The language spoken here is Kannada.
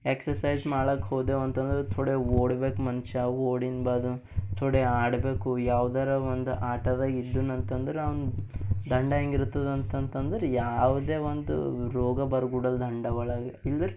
ಎಕ್ಸಸೈಸ್ ಮಾಡ್ಲಕ್ಕೆ ಹೋದೆವಂತಂದ್ರ ಥೋಡೆ ಓಡ್ಬೇಕು ಮನುಷ್ಯ ಓಡಿನ ಬಾದು ಥೋಡೆ ಆಡಬೇಕು ಯಾವುದರ ಒಂದು ಆಟದಾಗೆ ಇದ್ದನಂತಂದರ ಅವ್ನ ದಂಡ ಎಂಗಿರ್ತದಂತಂತಂದ್ರ ಯಾವುದೇ ಒಂದು ರೋಗ ಬರೋ ಬಿಡಲ್ದು ದಂಡ ಒಳಗೆ ಇಲ್ದಿರೊ